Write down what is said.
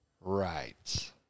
Right